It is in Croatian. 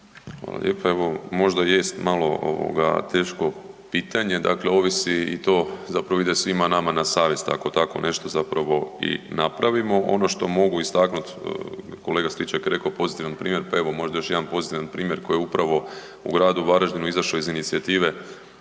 Hvala lijepo. Evo možda jest malo ovoga teško pitanje, ovisi i to zapravo ide svima nama na savjest ako tako nešto zapravo i napravimo. Ono što mogu istaknuti, kolega Stričak je rekao pozitivan primjer, pa možda još jedan pozitivan primjer koji je upravo u gradu važadinu izašao iz inicijative